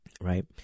right